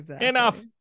Enough